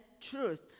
truth